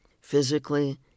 physically